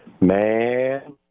Man